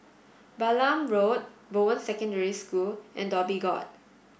Balam Road Bowen Secondary School and Dhoby Ghaut